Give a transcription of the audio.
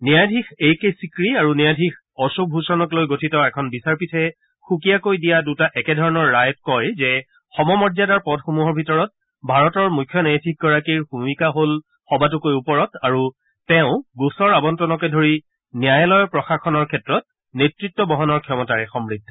ন্যায়াধীশ A K Sikri আৰু ন্যায়াধীশ অশোক ভূষণক লৈ গঠিত এখন বিচাৰপীঠে সুকীয়াকৈ দিয়া দুটা একেধৰণৰ ৰায়ত কয় যে সমমৰ্যাদাৰ পদসমূহৰ ভিতৰত ভাৰতৰ মুখ্য ন্যায়াধীশগৰাকীৰ ভূমিকা হ'ল সবাতোকৈ ওপৰত আৰু তেওঁ গোচৰ আৱণ্টনকে ধৰি ন্যায়ালয় প্ৰশাসনৰ ক্ষেত্ৰত নেতৃত্ব বহনৰ ক্ষমতাৰে সমৃদ্ধ